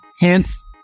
hence